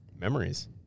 Memories